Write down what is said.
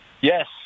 Yes